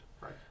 Right